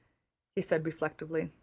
he said reflectively,